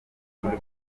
muri